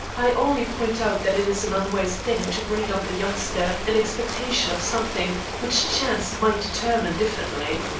i only point out that it is an unwise thing to bring up a youngster in expectation of something which chance might determine differently.